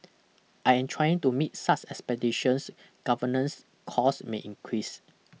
I in trying to meet such expectations governance cost may increase